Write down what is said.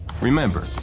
Remember